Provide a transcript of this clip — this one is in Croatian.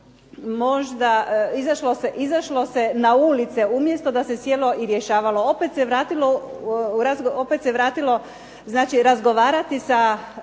možda, izašlo se na ulice umjesto da se sjelo i rješavalo. Opet se vratilo znači razgovarati sa